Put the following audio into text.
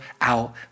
out